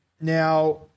Now